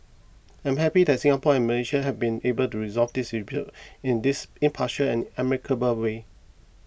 I am happy that Singapore and Malaysia have been able to resolve this dispute in this impartial and amicable way